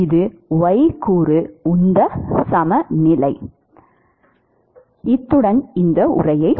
எனவே இது y கூறு உந்த சமநிலை